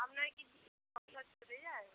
আপনার কি সংসার চলে যায়